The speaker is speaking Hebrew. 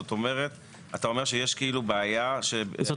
זאת אומרת שאתה אומר שיש בעיה --- זאת